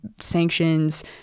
sanctions